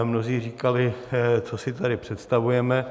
Mnozí říkali, co si tady představujeme.